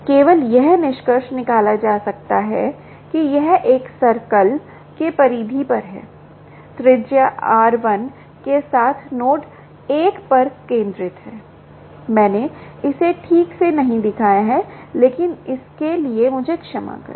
केवल यह निष्कर्ष निकाला जा सकता है कि यह एक सर्कल के परिधि पर है त्रिज्या r1 के साथ नोड 1 पर केंद्रित है मैंने इसे ठीक से नहीं दिखाया है लेकिन इसके लिए मुझे क्षमा करें